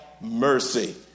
mercy